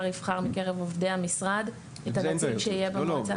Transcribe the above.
יבחר מקרב עובדי המשרד את הנציג שיהיה במועצה?